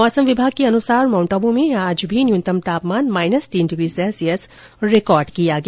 मौसम विभाग के अनुसार माउंट आबू में आज भी न्यूनतम तापमान माइनस तीन डिग्री सैल्सियस दर्ज किया गया